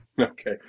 Okay